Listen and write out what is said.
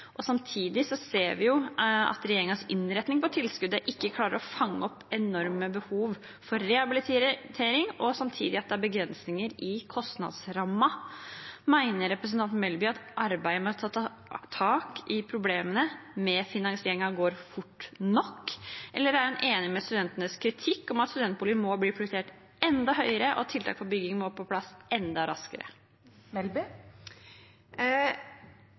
forslag. Samtidig ser vi at regjeringens innretning på tilskuddet ikke klarer å fange opp enorme behov for rehabilitering, samtidig som det er begrensninger i kostnadsrammen. Mener representanten Melby at arbeidet med å ta tak i problemene med finansieringen går fort nok? Eller er hun enig i studentenes kritikk – at studentboliger må bli prioritert enda høyere, og at tiltak for bygging må på plass enda raskere?